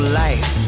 life